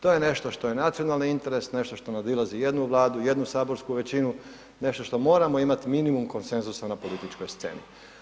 To je nešto što je nacionalni interes, nešto što nadilazi jednu Vladu, jednu saborsku većinu, nešto što moramo imati minimum konsenzusa na političkoj sceni.